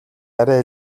арай